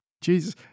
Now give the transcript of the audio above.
Jesus